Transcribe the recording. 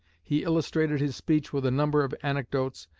he illustrated his speech with a number of anecdotes,